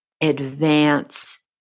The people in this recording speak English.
Advance